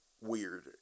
weird